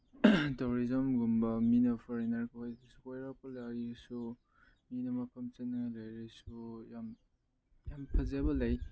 ꯇꯧꯔꯤꯖꯝꯒꯨꯝꯕ ꯃꯤꯅ ꯐꯣꯔꯦꯟꯅꯔ ꯈꯣꯏ ꯀꯣꯏꯔꯛꯄ ꯂꯥꯛꯏꯁꯨ ꯃꯤꯅ ꯃꯐꯝ ꯆꯪꯗꯅ ꯂꯩꯔꯁꯨ ꯌꯥꯝ ꯌꯥꯝ ꯐꯖꯕ ꯂꯩ